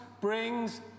brings